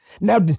Now